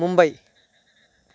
Mumbai